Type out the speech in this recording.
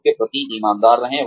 खुद के प्रति ईमानदार रहें